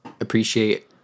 appreciate